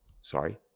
sorry